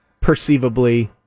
perceivably